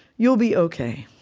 you'll be okay.